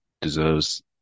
deserves